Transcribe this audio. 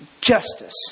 justice